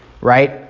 right